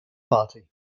party